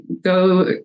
Go